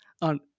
on